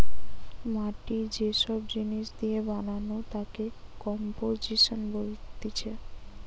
মাটি যে সব জিনিস দিয়ে বানানো তাকে কম্পোজিশন বলতিছে